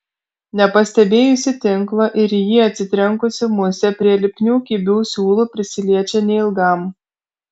nepastebėjusi tinklo ir į jį atsitrenkusi musė prie lipnių kibių siūlų prisiliečia neilgam